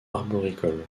arboricole